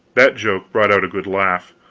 that joke brought out a good laugh,